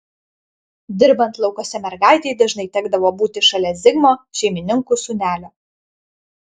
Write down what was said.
dirbant laukuose mergaitei dažnai tekdavo būti šalia zigmo šeimininkų sūnelio